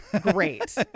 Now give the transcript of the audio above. great